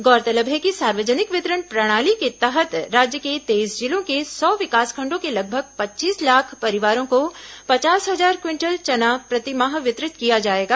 गौरतलब है कि सार्वजनिक वितरण प्रणाली के तहत राज्य के तेईस जिलों के सौ विकासखंडों के लगभग पच्चीस लाख परिवारों को पचास हजार क्विंटल चना प्रतिमाह वितरित किया जाएगा